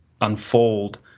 unfold